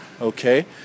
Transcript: okay